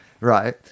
right